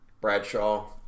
Bradshaw